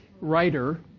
writer